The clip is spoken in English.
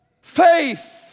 Faith